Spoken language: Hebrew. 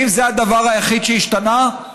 האם זה הדבר היחיד שהשתנה?